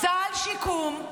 סל שיקום,